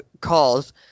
calls